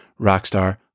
Rockstar